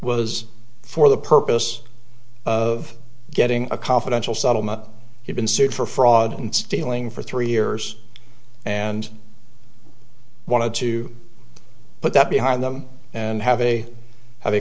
was for the purpose of getting a confidential settlement he's been sued for fraud and stealing for three years and wanted to put that behind them and have a hav